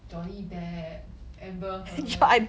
Johnny Depp Amber Heard